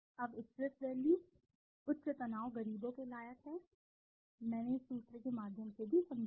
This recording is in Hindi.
अब स्ट्रेस वैल्यू उच्च तनाव गरीबों के लायक है कि मैंने इस सूत्र के माध्यम से भी समझाया